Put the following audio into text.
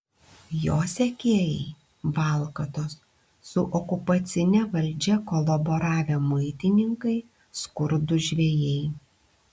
jo sekėjai valkatos su okupacine valdžia kolaboravę muitininkai skurdūs žvejai